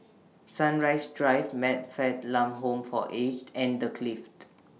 Sunrise Drive Man Fatt Lam Home For Aged and The Clift